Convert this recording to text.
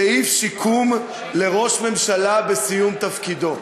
סעיף שיקום לראש ממשלה בסיום תפקידו.